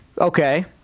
Okay